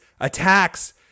attacks